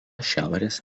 šiaurės